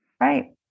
Right